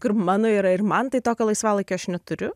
kur mano yra ir man tai tokio laisvalaikio aš neturiu